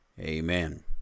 amen